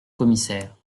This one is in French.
commissaire